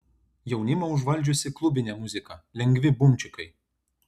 jaunimą užvaldžiusi klubinė muzika lengvi bumčikai